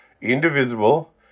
Indivisible